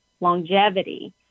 longevity